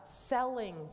selling